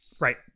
Right